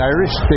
Irish